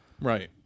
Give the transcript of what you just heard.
Right